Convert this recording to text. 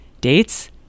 Dates